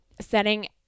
setting